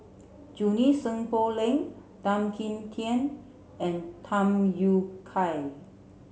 Junie Sng Poh Leng Tan Kim Tian and Tham Yui Kai